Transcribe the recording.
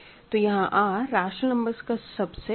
तो यहां R rational numbers का सब सेट है